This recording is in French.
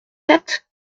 sept